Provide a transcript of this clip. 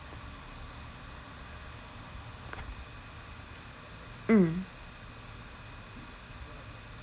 mm